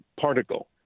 particle